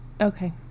okay